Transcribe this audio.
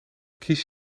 kies